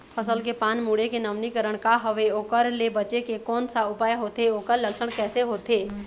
फसल के पान मुड़े के नवीनीकरण का हवे ओकर ले बचे के कोन सा उपाय होथे ओकर लक्षण कैसे होथे?